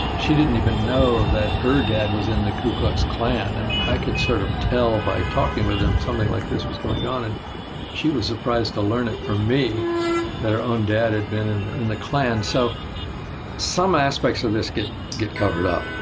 she didn't even know that her dad was in the ku klux klan, and i could sort of tell by talking with him that something like this was going on. and she was surprised to learn it from me that her own dad had been in in the klan. so some aspects of this get get covered up.